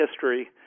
history